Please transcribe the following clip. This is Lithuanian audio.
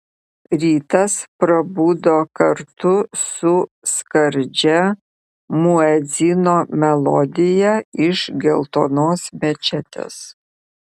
rytas prabudo kartu su skardžia muedzino melodija iš geltonos mečetės